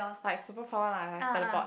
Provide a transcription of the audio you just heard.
like super power lah like teleport